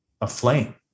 aflame